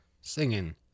singing